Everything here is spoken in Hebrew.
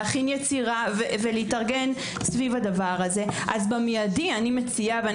להכין יצירה ולהתארגן סביב הדבר הזה - אז במיידי אני מציעה ואני